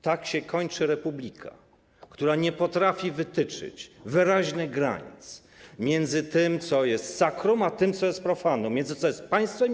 Tak się kończy republika, która nie potrafi wytyczyć wyraźnych granic między tym, co jest sacrum, a tym, co jest profanum, między państwem a